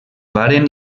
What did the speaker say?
varen